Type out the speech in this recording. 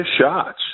shots